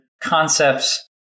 concepts